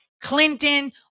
Clinton